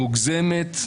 מוגזמת,